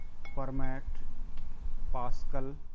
fermat pascal,